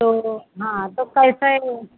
तो हाँ तो कल से वह